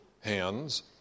hands